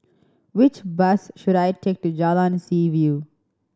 which bus should I take to Jalan Seaview